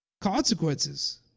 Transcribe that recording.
Consequences